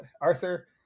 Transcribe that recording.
Arthur